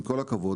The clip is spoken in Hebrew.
עם כל הכבוד,